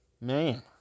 Man